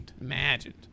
Imagined